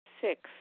six